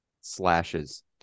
slashes